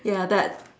ya